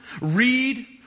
Read